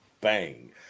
Bang